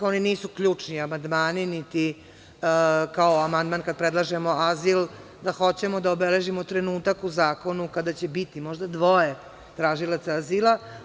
Oni nisu ključni amandmani, niti kao amandman kada predlažemo azil, kada hoćemo da obeležimo trenutak u zakonu kada će biti možda dvoje tražilaca azila.